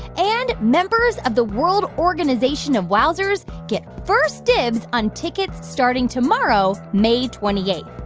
and members of the world organization of wozers get first dibs on tickets, starting tomorrow, may twenty eight.